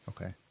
Okay